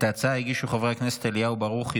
את ההצעה הגישו חברי הכנסת אליהו ברוכי,